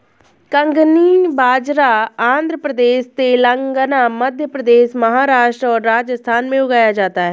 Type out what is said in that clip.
कंगनी बाजरा आंध्र प्रदेश, तेलंगाना, मध्य प्रदेश, महाराष्ट्र और राजस्थान में उगाया जाता है